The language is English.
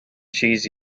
cheese